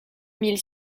mille